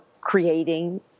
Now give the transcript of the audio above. creating